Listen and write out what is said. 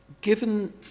Given